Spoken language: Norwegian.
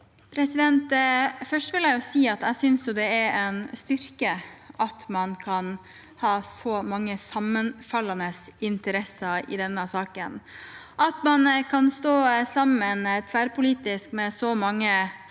Først vil jeg si at jeg synes det er en styrke at man kan ha så mange sammenfallende interesser i denne saken. At man kan stå sammen tverrpolitisk med så mange felles målsettinger for